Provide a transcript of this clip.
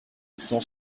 cent